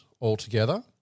altogether –